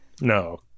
No